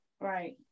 Right